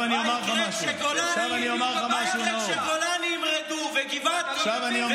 מה יקרה כשגולני ימרדו, וגבעתי, ומג"ב?